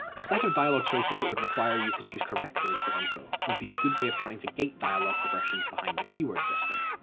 a set of dialogue choices that would require you to choose correctly for info would be a good way of trying to gate dialogue progression behind a keyword system,